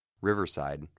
Riverside